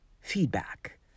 feedback